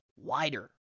wider